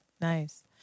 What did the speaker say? Nice